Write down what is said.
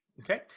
Okay